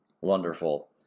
Wonderful